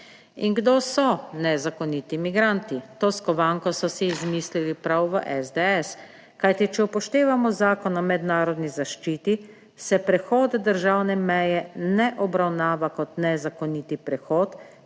In kdo so nezakoniti migranti? To skovanko so si izmislili prav v SDS, kajti če upoštevamo Zakon o mednarodni zaščiti se prehod državne meje ne obravnava kot nezakoniti prehod,